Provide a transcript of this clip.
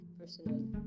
personally